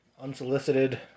unsolicited